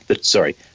sorry